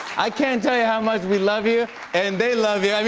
i can't tell you how much we love you and they love you. i mean,